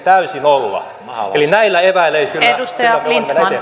eli näillä eväillä ei kyllä mennä eteenpäin